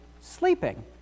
sleeping